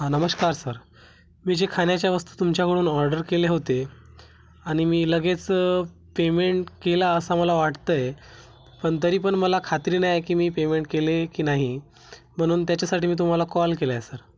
हां नमस्कार सर मी जे खाण्याच्या वस्तू तुमच्याकडून ऑर्डर केले होते आणि मी लगेच पेमेंट केला असा मला वाटतं आहे पण तरी पण मला खात्री नाही आहे की मी पेमेंट केले की नाही म्हणून त्याच्यासाठी मी तुम्हाला कॉल केला आहे सर